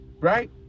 right